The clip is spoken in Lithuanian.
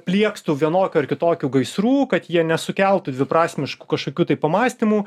pliekstų vienokių ar kitokių gaisrų kad jie nesukeltų dviprasmiškų kažkokių tai pamąstymų